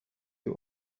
you